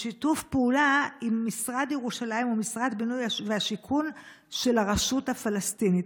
בשיתוף פעולה עם משרד ירושלים ומשרד הבינוי והשיכון של הרשות הפלסטינית.